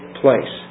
place